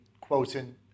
quoting